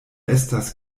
estas